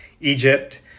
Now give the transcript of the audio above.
Egypt